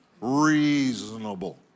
reasonable